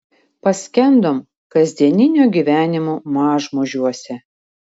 paskendom kasdieninio gyvenimo mažmožiuose